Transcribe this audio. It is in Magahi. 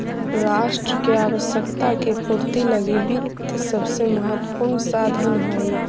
राष्ट्र के आवश्यकता के पूर्ति लगी वित्त सबसे महत्वपूर्ण साधन हइ